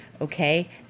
okay